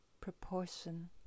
proportion